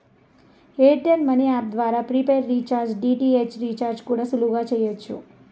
air tell money app ద్వారా prepaid recharge, DTH recharge కూడా సులువుగా చెయ్యచ్చు